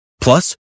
Plus